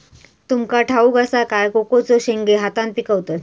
तुमका ठाउक असा काय कोकोचे शेंगे हातान पिकवतत